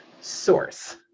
Source